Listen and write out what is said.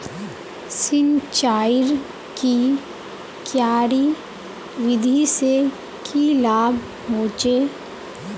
सिंचाईर की क्यारी विधि से की लाभ होचे?